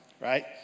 right